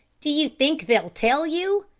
do you think they'll tell you?